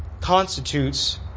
constitutes